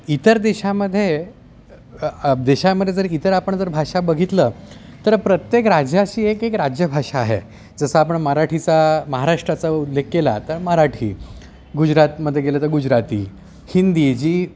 इतर देशामध्ये देशामध्ये जर इतर आपण जर भाषा बघितलं तर प्रत्येक राज्याची एक एक राजभाषा आहे जसं आपण मराठीचा महाराष्ट्राचा उल्लेख केला तर मराठी गुजरातमध्ये गेलं तर गुजराती हिंदी जी